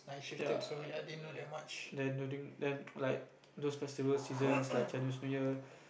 ya then then like those festival seasons like Chinese New Year